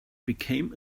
became